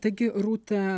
taigi rūta